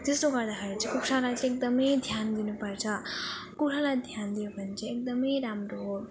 त्यस्तो गर्दाखेरि चाहिँ कुखुरालाई चाहिँ एकदम ध्यान दिनु पर्छ कुखुरालाई ध्यान दियो भने चाहिँ एकदम राम्रो हो